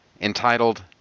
entitled